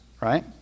right